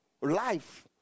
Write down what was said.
life